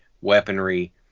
weaponry